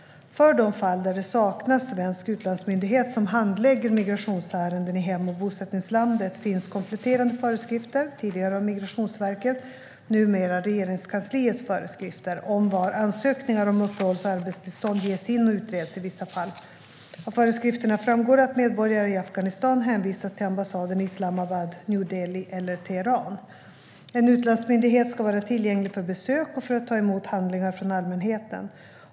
För de fall där det saknas svensk utlandsmyndighet som handlägger migrationsärenden i hem eller bosättningslandet finns kompletterande föreskrifter, tidigare av Migrationsverket, numera Regeringskansliets föreskrifter , om var ansökningar om uppehålls och arbetstillstånd ges in och utreds i vissa fall. Av föreskrifterna framgår att medborgare i Afghanistan hänvisas till ambassaderna i Islamabad, New Delhi eller Teheran. En utlandsmyndighet ska vara tillgänglig för besök och för att ta emot handlingar från allmänheten.